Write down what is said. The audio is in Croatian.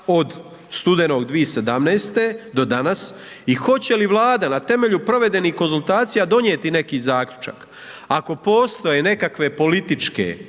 od studenog 2017. do danas i hoće li Vlada na temelju provedenih konzultacija donijeti neki zaključak. Ako postoje nekakve političke,